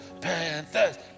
Panthers